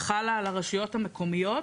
חלה על הרשויות המקומיות,